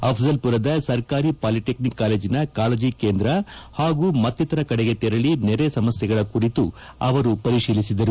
ಅಪ್ಟಲ್ಪುರದ ಸರ್ಕಾರಿ ಪಾಲಿಟೆಕ್ನಿಕ್ ಕಾಲೇಜಿನ ಕಾಳಜಿ ಕೇಂದ್ರ ಹಾಗೂ ಮತ್ತಿತರ ಕಡೆಗೆ ತೆರಳಿ ನೆರೆ ಸಮಸ್ಯೆಗಳ ಕುರಿತು ಪರಿಶೀಲನೆ ನಡೆಸಿದರು